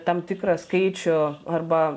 tam tikrą skaičių arba